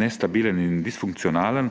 nestabilen in disfunkcionalen;